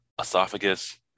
esophagus